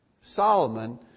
Solomon